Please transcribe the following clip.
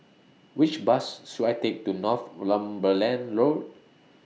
Which Bus should I Take to Northumberland Road